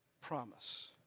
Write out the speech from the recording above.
promise